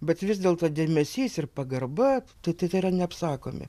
bet vis dėlto dėmesys ir pagarba tai tai tai yra neapsakomi